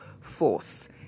force